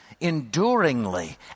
enduringly